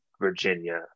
Virginia